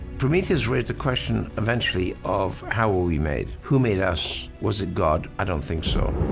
prometheus raised the question, eventually of how we made. who made us? was it god? i don't think so.